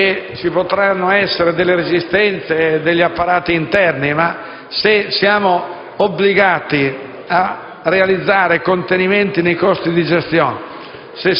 che potranno esserci resistenze degli apparati interni, ma se siamo obbligati a realizzare contenimenti nei costi di gestione,